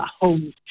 homes